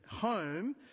home